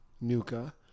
Nuka